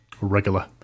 regular